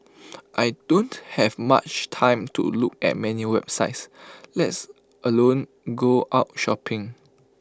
I don't have much time to look at many websites lets alone go out shopping